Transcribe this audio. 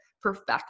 perfect